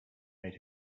made